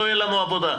לא תהיה לנו עבודה.